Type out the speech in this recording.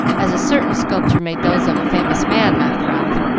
as a certain sculptor made those of a famous man, laughed ralph,